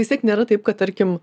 vis tiek nėra taip kad tarkim